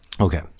Okay